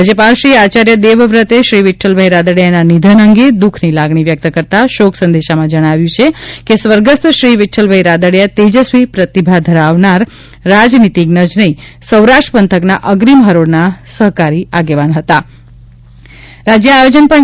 રાજ્યપાલ શ્રી આચાર્ય દેવવ્રતે શ્રી વિક્રલભાઇ રાદડીયાના નિધન અંગે દ્વઃખની લાગણી વ્યક્ત કરતા શોકસંદેશામાં જણાવ્યું છે કે સ્વર્ગસ્થ શ્રી વિક્રલભાઇ રાદડીયા તેજસ્વી પ્રતિભા ધરાવતા રાજનીતિજ્ઞ જ નહી સૌરાષ્ટ્ર પંથકના અગ્રીમ હરોળના સહકારી આગેવાન હતાં